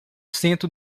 cento